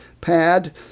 pad